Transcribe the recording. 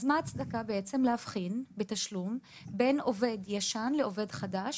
אז מה ההצדקה להבחין בתשלום בין עובד ישן לעובד חדש